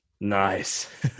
Nice